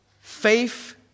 faith